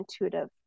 intuitive